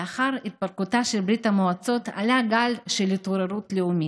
לאחר התפרקותה של ברית המועצות עלה גל של התעוררות לאומית.